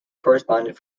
correspondent